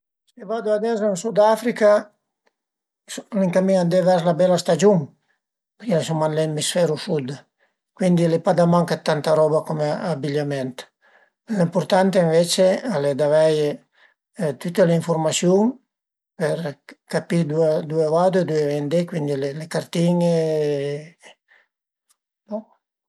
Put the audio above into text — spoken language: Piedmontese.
Pìa ün üia o 'na gücia, pìa ün fil, paslu ënt ël pertüs de l'üia, pöi cumince a infilé ënt ün pertüs dël butun, a i n'a ie cuat, cuindi prima ün, pöi pase da suta e t'fure ël secund, pöi dal secund vade al ters e dal ters vade al cuart, faze diversi gir ën la stesa manera